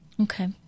Okay